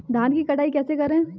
धान की कटाई कैसे करें?